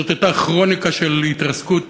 זאת הייתה כרוניקה של התרסקות